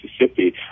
Mississippi